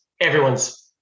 everyone's